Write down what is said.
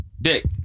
Dick